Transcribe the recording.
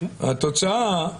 התוצאה,